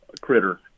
critter